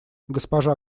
госпожа